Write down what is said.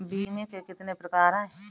बीमे के कितने प्रकार हैं?